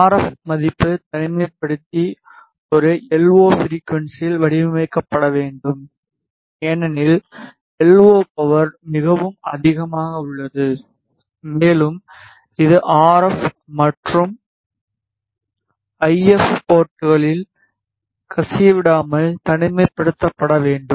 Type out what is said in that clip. R F மதிப்பு தனிமைப்படுத்தி ஒரு எல் ஓ ஃப்ரிகுவன்ஸியில் வடிவமைக்கப்பட வேண்டும் ஏனெனில் எல் ஓ பவர் மிகவும் அதிகமாக உள்ளது மேலும் இது ஆர் எப் மற்றும் ஐ எப் போர்ட்களில் கசியவிடாமல் தனிமைப்படுத்தப்பட வேண்டும்